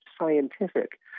scientific